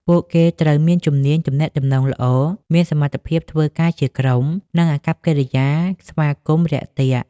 ពួកគេត្រូវមានជំនាញទំនាក់ទំនងល្អ សមត្ថភាពធ្វើការជាក្រុម និងអាកប្បកិរិយាស្វាគមន៍រាក់ទាក់។